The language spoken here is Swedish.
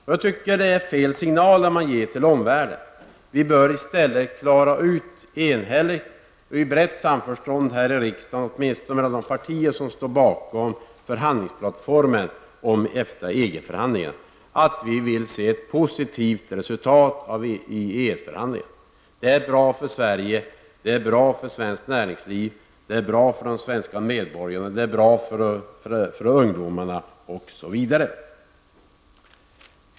Jag tycker att man ger fel signaler till omvärlden. Vi bör i stället göra klart, i samförstånd här i riksdagen mellan åtminstone de partier som står bakom förhandlingsplattformen för EFTA--EG-förhandlingarna, att vi vill se ett positivt resultat av EES-förhandlingarna. Det skulle vara bra för Sverige, för svenskt näringsliv, för svenska ungdomar och övriga medborgare osv.